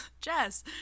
jess